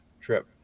trip